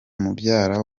mubyara